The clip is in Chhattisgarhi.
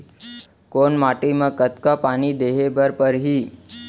कोन माटी म कतका पानी देहे बर परहि?